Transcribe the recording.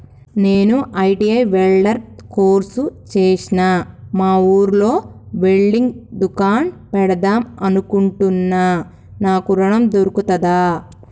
నేను ITI welder course చేశ్న మా ఊర్లో వెల్డింగ్ దుకాన్ పెడదాం అనుకుంటున్నా నాకు ఋణం దొర్కుతదా?